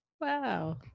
Wow